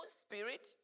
spirit